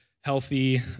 healthy